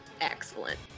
Excellent